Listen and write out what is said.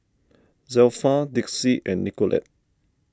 Zelpha Dixie and Nicolette